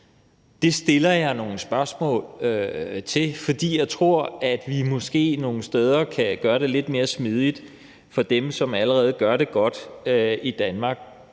Det stiller jeg nogle spørgsmål til, fordi jeg tror, at vi måske nogle steder kan gøre det lidt mere smidigt for dem, som allerede gør det godt i Danmark.